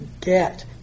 get